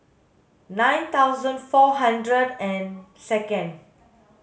nine thousand four hundred and second